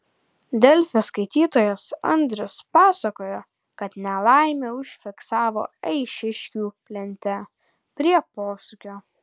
delfi skaitytojas andrius pasakojo kad nelaimę užfiksavo eišiškių plente prie posūkio